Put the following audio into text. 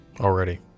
Already